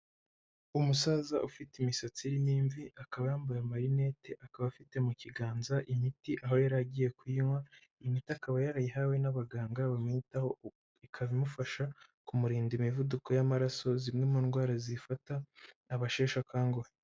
Umusaza ufite imisatsi irimo imvi, akaba yambaye amarinete akaba afite mu kiganza imiti aho yaragiye kuyinywa, imiti akaba yarayihawe n'abaganga bamwitaho ikaba imufasha kumurinda imivuduko y'amaraso zimwe mu ndwara zifata abasheshe akanguhe.